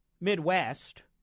Midwest